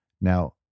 Now